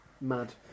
mad